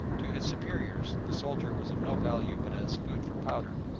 to his superiors the soldier was of no value but as food for powder,